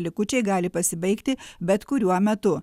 likučiai gali pasibaigti bet kuriuo metu